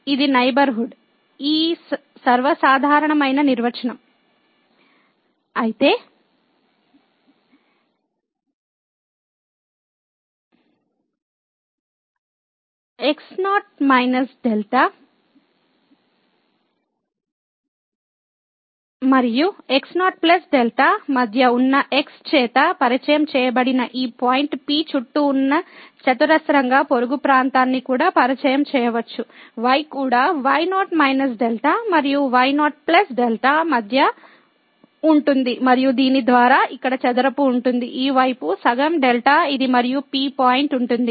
ఇది నైబర్హుడ్ ఈ సర్వసాధారణమైన నిర్వచనం అయితే x0 δ మరియు x0 δ మధ్య ఉన్న x చేత పరిచయం చేయబడిన ఈ పాయింట్ P చుట్టూ ఉన్న చతురస్రంగా పొరుగు ప్రాంతాన్ని కూడా పరిచయం చేయవచ్చు y కూడా y0 δ మరియు y0 δ మధ్య ఉంటుంది మరియు దీని ద్వారా ఇక్కడ చదరపు ఉంటుంది ఈ వైపు సగం δ ఇది మరియు P పాయింట్ ఉంటుంది